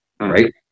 right